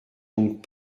donc